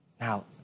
Now